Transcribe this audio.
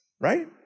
right